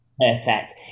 Perfect